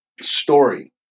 story